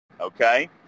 okay